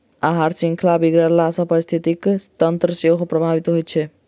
आहार शृंखला बिगड़ला सॅ पारिस्थितिकी तंत्र सेहो प्रभावित होइत छै